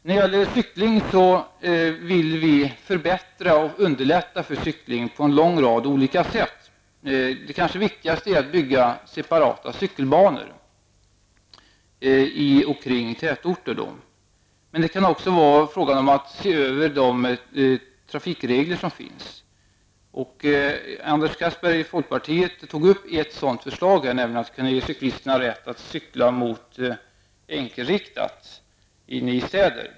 När det gäller cykling vill miljöpartiet förbättra och underlätta för cykling på en rad olika sätt. Det kanske viktigaste är att bygga separata cykelbanor i och kring tätorter. Men det kan också vara fråga om att se över de trafikregler som finns. Anders Castberger från folkpartiet tog här upp ett sådant förslag, nämligen att kunna ge cyklisterna rätt att cykla mot enkelriktat inne i städerna.